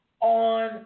on